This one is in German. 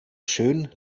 schön